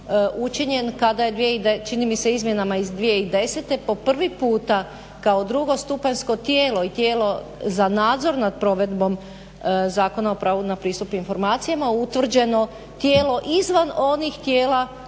učinjen kada je čini mi se izmjenama iz 2010. po prvi puta kao drugostupanjsko tijelo i tijelo za nadzor nad provedbom Zakona o pravu na pristup informacijama utvrđeno tijelo izvan onih tijela